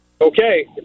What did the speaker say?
Okay